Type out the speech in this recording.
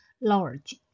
Large